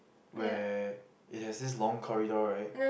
where it has it's long corridor right